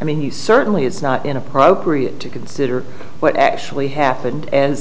i mean he certainly it's not inappropriate to consider what actually happened as